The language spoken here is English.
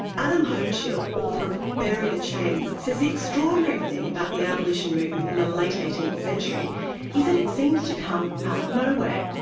adam hochschild, author of bury the chains, says the extraordinary thing about the abolition movement in the late eighteenth century is that it seems to come out of nowhere.